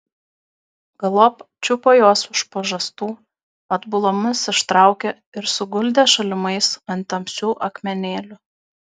galop čiupo juos už pažastų atbulomis ištraukė ir suguldė šalimais ant tamsių akmenėlių